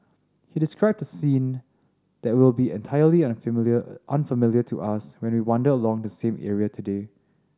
he described a scene that will be entirely unfamiliar unfamiliar to us when we wander along the same area today